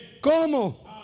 ¿Cómo